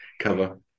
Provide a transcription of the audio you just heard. cover